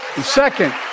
Second